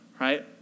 Right